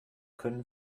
können